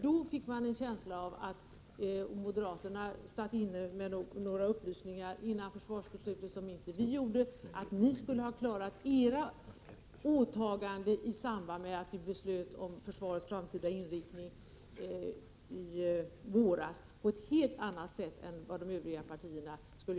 Då fick man en känsla av att moderaterna satt inne med några upplysningar inför försvarsbeslutet som inte vi hade och att moderaterna skulle ha klarat sina åtaganden i samband med att vi beslöt om försvarets framtida inriktning i våras på ett helt annat sätt än de övriga partierna.